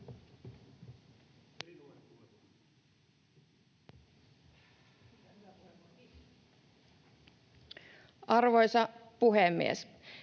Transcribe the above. Arvoisa puhemies!